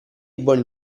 buoni